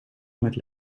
met